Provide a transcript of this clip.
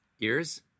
Ears